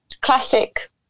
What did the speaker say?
classic